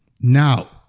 Now